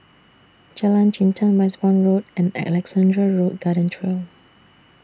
Jalan Jintan Westbourne Road and Alexandra Road Garden Trail